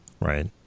Right